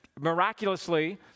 miraculously